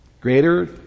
Greater